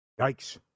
Yikes